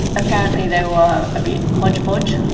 apparently they were a bit hodgepodge,